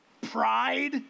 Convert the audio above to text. Pride